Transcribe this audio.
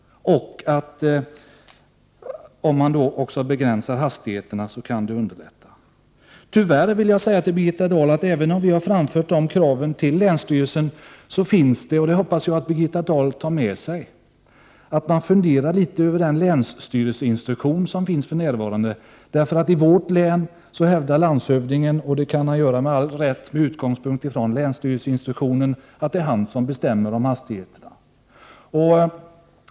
Om man också begränsar hastigheterna, så kan det underlätta. Det finns tyvärr, Birgitta Dahl, en del att göra, även om vi har framfört krav i detta sammanhang till länsstyrelsen. Jag hoppas att Birgitta Dahl inte lämnar detta därhän. Det gäller ju att fundera litet över den länsstyrelseinstruktion som för närvarande finns. Landshövdingen i vårt län hävdar — med all rätt, med utgångspunkt i länsstyrelseinstruktionen — att det är han som bestämmer över hastigheterna.